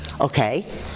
okay